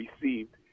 received